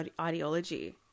ideology